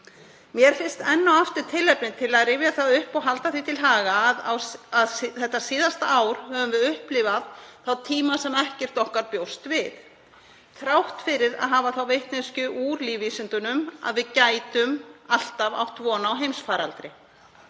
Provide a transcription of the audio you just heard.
Mér finnst enn og aftur tilefni til að rifja það upp og halda því til haga að þetta síðasta ár höfum við upplifað þá tíma sem ekkert okkar bjóst við þrátt fyrir að hafa þá vitneskju úr lífvísindunum að við gætum alltaf átt von á heimsfaraldri.